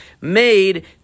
made